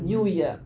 mm